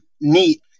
neat